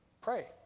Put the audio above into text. pray